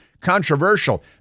controversial